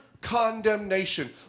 condemnation